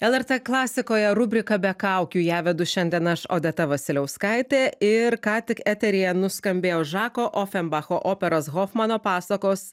lrt klasikoje rubrika be kaukių ją vedu šiandien aš odeta vasiliauskaitė ir ką tik eteryje nuskambėjo žako ofenbacho operos hofmano pasakos